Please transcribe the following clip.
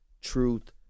truth